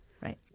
Right